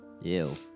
Ew